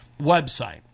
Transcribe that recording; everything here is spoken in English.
website